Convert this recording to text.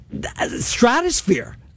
stratosphere